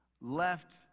left